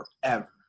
forever